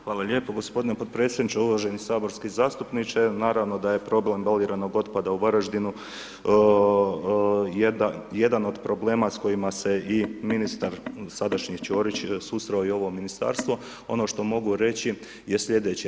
Hvala lijepo gospodine podpredsjedniče, uvaženi saborski zastupniče naravno da je problem baliranog otpada u Varaždinu jedan od problema s kojima se i ministar sadašnji Ćorić susreo i ovo ministarstvo, ono što mogu reći je slijedeće.